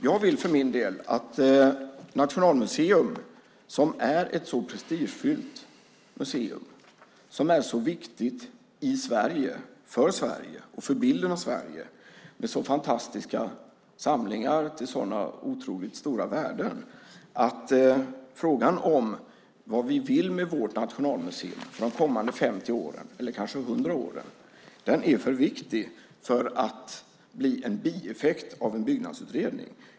Jag vill för min del att man ska se till Nationalmuseum, som är ett så prestigefullt museum och så viktigt i Sverige, för Sverige och för bilden av Sverige, med sådana fantastiska samlingar till otroligt stora värden. Frågan om vad vi vill med vårt nationalmuseum de kommande 50 åren eller kanske 100 åren är för viktig för att bli en bieffekt av en byggnadsutredning.